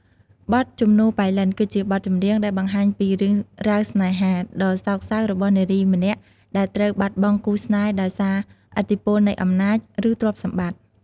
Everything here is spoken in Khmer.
បទ ជំនោរប៉ៃលិន គឺជាបទចម្រៀងដែលបង្ហាញពីរឿងរ៉ាវស្នេហាដ៏សោកសៅរបស់នារីម្នាក់ដែលត្រូវបាត់បង់គូស្នេហ៍ដោយសារឥទ្ធិពលនៃអំណាច ឬទ្រព្យសម្បត្តិ។